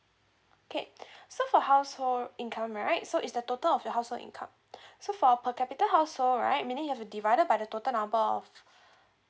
okay so for household income right so it's the total of the household income so for per capita household right meaning you have to divided by the total number of